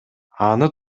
аны